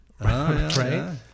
Right